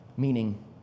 Meaning